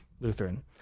Lutheran